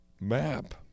Map